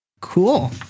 Cool